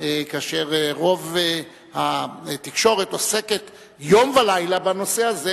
כאשר רוב התקשורת עוסקת יום ולילה בנושא הזה.